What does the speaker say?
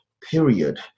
period